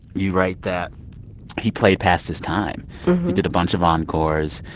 you write that he played past his time. he did a bunch of encores,